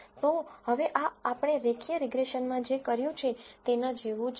તો હવે આ આપણે રેખીય રીગ્રેસનમાં જે કર્યું છે તેના જેવું જ છે